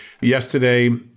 Yesterday